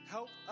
Help